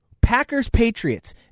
Packers-Patriots